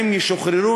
הם ישוחררו,